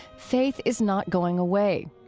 faith is not going away.